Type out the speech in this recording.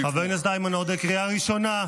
חבר הכנסת איימן עודה, קריאה ראשונה.